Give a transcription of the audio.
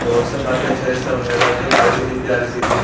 تو اس سے کافی اچھا رشتہ بن گیا تھا ایک تو چھوٹی سی پیاری سی تھی